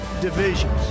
divisions